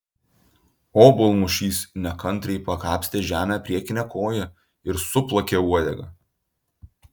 obuolmušys nekantriai pakapstė žemę priekine koja ir suplakė uodega